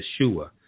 Yeshua